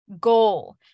goal